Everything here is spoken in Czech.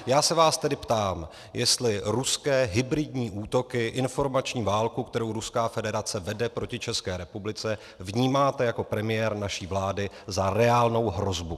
Já se vás tedy ptám, jestli ruské hybridní útoky, informační válku, kterou Ruská federace vede proti České republice, vnímáte jako premiér naší vlády za reálnou hrozbu.